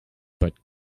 but